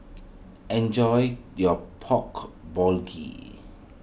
enjoy your Pork